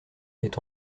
est